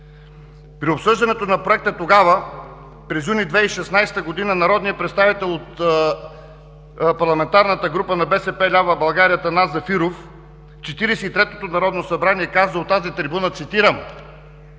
при обсъждането на проекта тогава, през месец юни 2016 г., народният представител от парламентарната група на „БСП лява България“ Атанас Зафиров в 43-тото Народно събрание каза от тази трибуна, цитирам: